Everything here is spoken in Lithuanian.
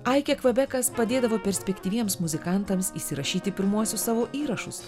aikė kvebekas padėdavo perspektyviems muzikantams įsirašyti pirmuosius savo įrašus